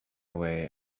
away